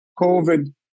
COVID